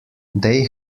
they